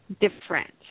different